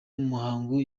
muhangu